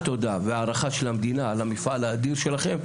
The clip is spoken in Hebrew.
תודה והערכה של המדינה על המפעל האדיר שלכם,